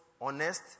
honest